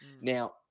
Now